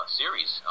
series